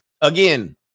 Again